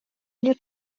nie